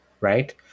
right